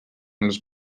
els